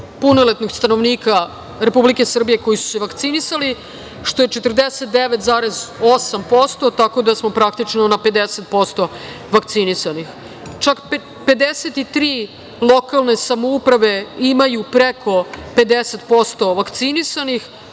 punoletnih stanovnika Republike Srbije koji su se vakcinisali, što je 49,8% tako da smo praktično na 50% vakcinisanih. Čak 53 lokalne samouprave ima preko 50% vakcinisanih.